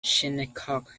shinnecock